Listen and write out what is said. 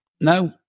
no